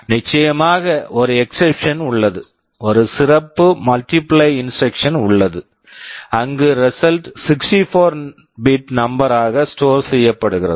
நிச்சயமாக ஒரு exception exception உள்ளது ஒரு சிறப்பு மல்டிப்ளை இன்ஸ்ட்ரக்க்ஷன் multiply instruction உள்ளது அங்கு result result 64 bit number number ஆக ஸ்டோர் store செய்யப்படுகிறது